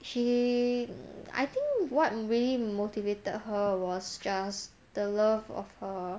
she I think what really motivated her was just the love of her